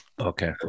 Okay